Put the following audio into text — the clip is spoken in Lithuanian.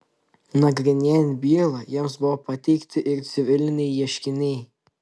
nagrinėjant bylą jiems buvo pateikti ir civiliniai ieškiniai